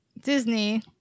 Disney